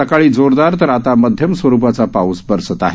सकाळी जोरदार तर आता मध्यम स्वरूपाचा पाऊस बरसत आहेत